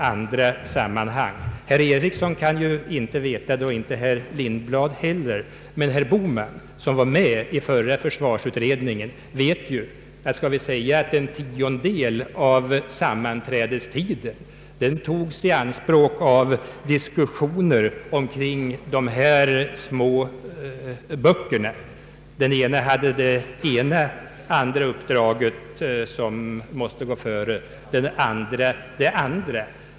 Herr Eriksson kan ju inte veta det och inte herr Lindblad heller, men herr Bohman som var med i förra försvarsutredningen vet att uppskattningsvis en tiondel av sammanträdestiden togs i anspråk av diskussioner omkring de här små böckerna — fickalmanackorna. En hade det ena uppdraget som måste gå före, och en annan hade ett annat.